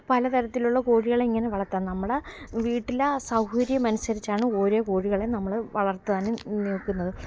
പലതരത്തിലുള്ള കോഴികളെ ഇങ്ങനെ വളർത്താം നമ്മുടെ വീട്ടിലെ സൗകര്യം അനുസരിച്ചാണ് ഓരോ കോഴികളെയും നമ്മൾ വളര്ത്താനും നോക്കുന്നത്